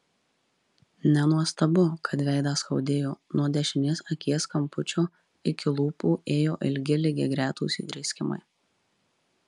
nenuostabu kad veidą skaudėjo nuo dešinės akies kampučio iki lūpų ėjo ilgi lygiagretūs įdrėskimai